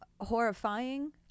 horrifying